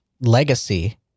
legacy